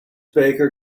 baker